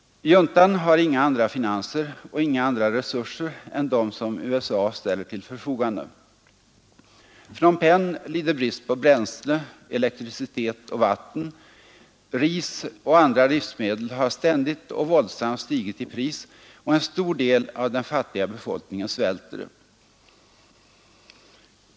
Juntan har inga andra finanser och inga andra resurser än de som USA ställer till förfogande. Phnom Penh lider brist på bränsle, elektricitet och vatten. Ris och andra livsmedel har ständigt och våldsamt stigit i pris, och en stor del av den fattiga befolkningen svälter.